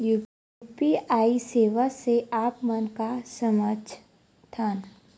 UPI सेवा से आप मन का समझ थान?